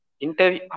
Interview